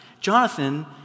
Jonathan